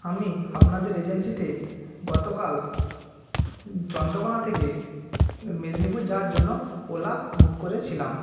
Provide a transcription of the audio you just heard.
আমি আপনাদের এজেন্সিতে গতকাল চন্দ্রকোণা থেকে মেদিনীপুর যাওয়ার জন্য ওলা বুক করেছিলাম